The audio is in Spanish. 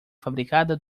fabricada